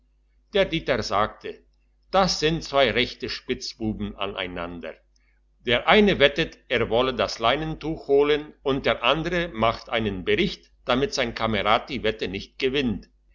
der dieter sagte das sind zwei rechte spitzbuben aneinander der eine wettet er wolle das leintuch holen und der andere macht einen bericht damit sein kamerad die wette nicht gewinnt